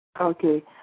Okay